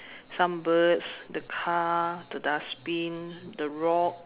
some birds the car the dustbin the rock